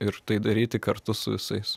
ir tai daryti kartu su visais